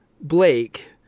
blake